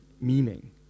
meaning